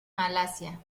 malasia